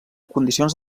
condicions